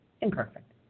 imperfect